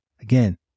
Again